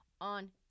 on